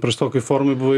prastokai formoj buvai